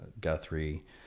Guthrie